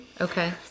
Okay